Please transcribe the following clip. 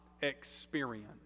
Experience